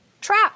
Trap